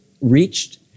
reached